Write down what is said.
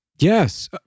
Yes